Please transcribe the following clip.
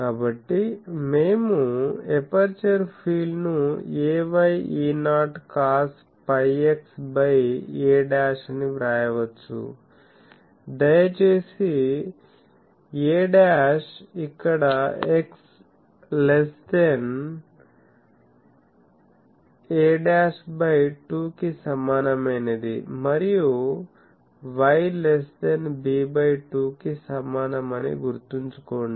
కాబట్టి మేము ఎపర్చర్ ఫీల్డ్ను ay E0కాస్ π x బై a' అని వ్రాయవచ్చు దయచేసి a' ఇక్కడ x less than a' by 2 కి సమానమైనది మరియు y less than b by 2 కి సమానం అని గుర్తుంచుకోండి